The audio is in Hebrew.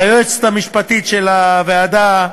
ליועצת המשפטית של הוועדה,